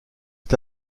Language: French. est